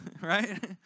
Right